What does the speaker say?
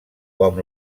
com